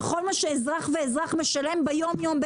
ובכל מה שאזרח ואזרח משלם ביום יום,